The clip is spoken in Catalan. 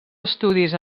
estudis